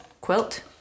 quilt